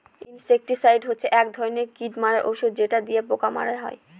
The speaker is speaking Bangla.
ইনসেক্টিসাইড হচ্ছে এক ধরনের কীট মারার ঔষধ যেটা দিয়ে পোকা মারা হয়